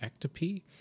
ectopy